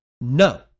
no